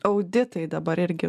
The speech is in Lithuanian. auditai dabar irgi